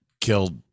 killed